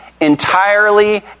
entirely